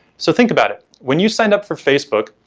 so think about it, when you signed up for facebook,